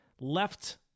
Left